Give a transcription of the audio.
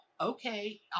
okay